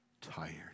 tired